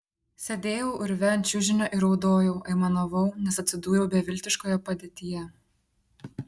sėdėjau urve ant čiužinio ir raudojau aimanavau nes atsidūriau beviltiškoje padėtyje